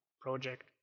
project